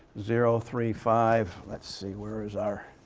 zero three five let's see, where is our